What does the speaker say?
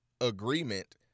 agreement